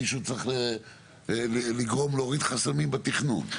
מישהו צריך לגרום להוריד חסמים בתכנון.